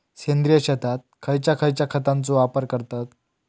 सेंद्रिय शेतात खयच्या खयच्या खतांचो वापर करतत?